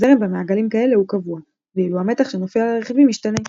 הזרם במעגלים כאלה הוא קבוע ואילו המתח שנופל על הרכיבים משתנה.